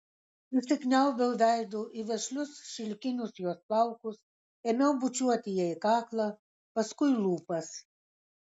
įsikniaubiau veidu į vešlius šilkinius jos plaukus ėmiau bučiuoti jai kaklą paskui lūpas